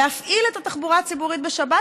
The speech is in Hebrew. להפעיל את התחבורה הציבורית בשבת,